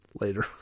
later